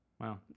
Wow